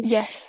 Yes